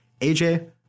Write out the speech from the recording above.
AJ